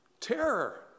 Terror